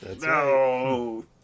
no